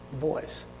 voice